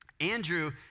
Andrew